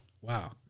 wow